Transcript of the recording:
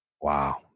wow